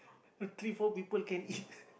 three four people can eat